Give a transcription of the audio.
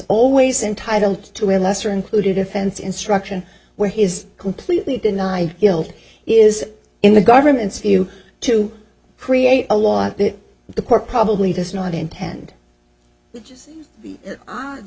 always entitled to a lesser included offense instruction where he is completely denied guilt is in the government's view to create a lot that the court probably does not intend